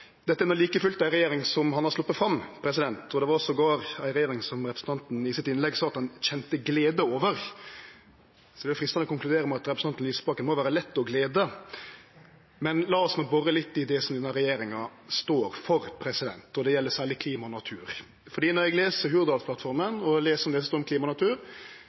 dette er like fullt ei regjering han har sleppt fram, og det var til og med ei regjering som representanten i sitt innlegg sa at han kjende glede over. Det er fristande å konkludere med at representanten Lysbakken må vere lett å glede. Men lat oss no bore litt i det denne regjeringa står for, og det gjeld særleg klima og natur. Når eg les Hurdalsplattforma, og eg les om det som står om